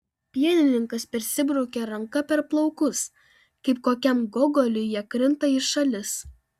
pienininkas persibraukia ranka per plaukus kaip kokiam gogoliui jie krinta į šalis